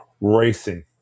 racing